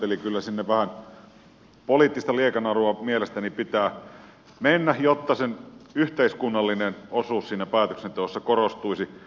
eli kyllä sinne vähän poliittista liekanarua mielestäni pitää mennä jotta sen yhteiskunnallinen osuus siinä päätöksenteossa korostuisi